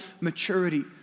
maturity